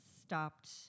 stopped